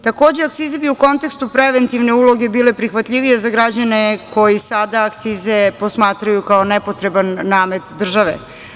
Takođe, akcize bi u kontekstu preventivne uloge bile prihvatljivije za građane koji sada akcize posmatraju kao nepotreban namet države.